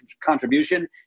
contribution